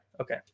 Okay